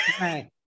Right